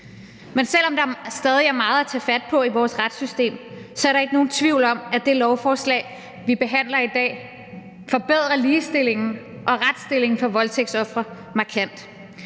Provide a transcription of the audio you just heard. Men selv om der stadig er meget at tage fat på i vores retssystem, er der ikke nogen tvivl om, at det lovforslag, vi behandler i dag, forbedrer ligestillingen og retsstillingen for voldtægtsofre markant.